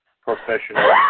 professional